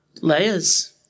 layers